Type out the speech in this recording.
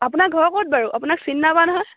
আপোনাৰ ঘৰত ক'ত বাৰু আপোনাক চিনি নাই পোৱা নহয়